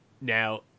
Now